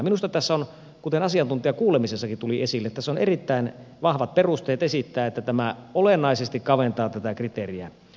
minusta tässä on kuten asiantuntijakuulemisessakin tuli esille erittäin vahvat perusteet esittää että tämä olennaisesti kaventaa tätä kriteeriä